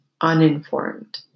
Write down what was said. uninformed